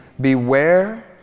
Beware